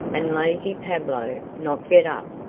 and lazy pablo not get up.